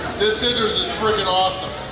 this scissors is freaking awesome!